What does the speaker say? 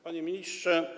Panie Ministrze!